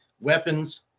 Weapons